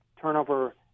turnover